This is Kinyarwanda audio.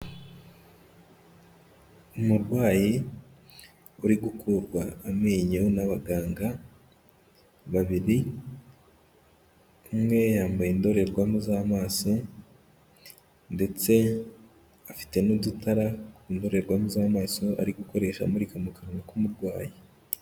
Umurwayi uri gukurwa amenyo n'abaganga babiri, umwe yambaye indorerwamo z'amaso ndetse afite n'udutara ku ndorerwamo z'amaso ari gukoresha amurika mu kanwa k'umurwayi.